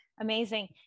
Amazing